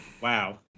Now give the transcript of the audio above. Wow